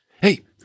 Hey